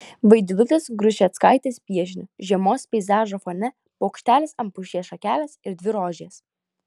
vaidilutės grušeckaitės piešiniu žiemos peizažo fone paukštelis ant pušies šakelės ir dvi rožės